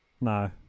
No